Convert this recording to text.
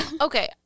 Okay